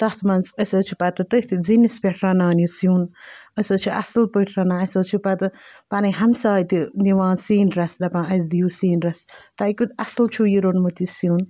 تَتھ منٛز أسۍ حظ چھِ پَتہٕ تٔتھۍ زِنِس پٮ۪ٹھ رَنان یہِ سیُٚن أسۍ حظ چھِ اَصٕل پٲٹھۍ رَنان اَسہِ حظ چھِ پَتہٕ پَنٕنۍ ہَمساے تہِ نِوان سِنۍ رَژھ دَپان اَسہِ دِیِو سِنۍ رَژھ تۄہہِ کیُٚتھ اَصٕل چھُ یہِ روٚنمُت یہِ سیُٚن